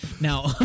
now